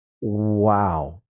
wow